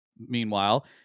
Meanwhile